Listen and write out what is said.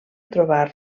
trobar